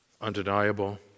Undeniable